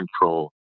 control